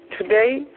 today